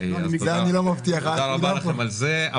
תודה רבה לכם על זה.